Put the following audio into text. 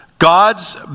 God's